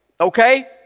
Okay